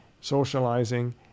socializing